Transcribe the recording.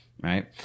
Right